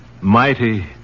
Mighty